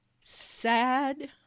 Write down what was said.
sad